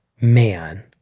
man